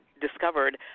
discovered